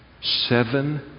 Seven